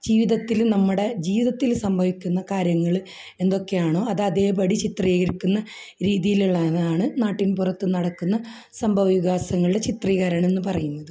ജീവിതത്തിൽ നമ്മുടെ ജീവിതത്തിൽ സംഭവിക്കുന്ന കാര്യങ്ങൾ എന്തൊക്കെയാണോ അത് അതേപടി ചിത്രീകരിക്കുന്ന രീതിയിൽ ഉള്ളതാണ് നാട്ടിൻ പുറത്ത് നടക്കുന്ന സംഭവവികാസങ്ങളുടെ ചിത്രീകരണം എന്നു പറയുന്നത്